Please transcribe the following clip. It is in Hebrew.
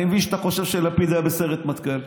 אני מבין שאתה חושב שלפיד היה בסיירת מטכ"ל.